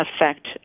affect